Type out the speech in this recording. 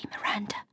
Miranda